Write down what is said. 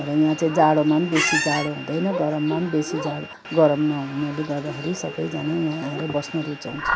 तर यहाँ चाहिँ जाडोमा पनि बेसी जाडो हुँदैन गरममा पनि बेसी जाडो गरम नहुनाले गर्दाखेरि सबैजना यहाँ आएर बस्न रुचाउँछन्